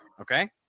Okay